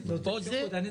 ברור?